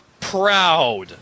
proud